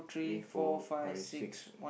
four five six